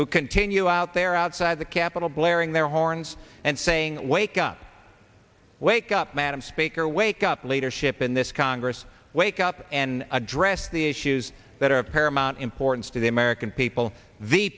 who continue out there outside the capitol blaring their horns and saying wake up wake up madam speaker wake up leadership in this congress wake up and address the issues that are of paramount importance to the american people